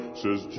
says